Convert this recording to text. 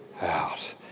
out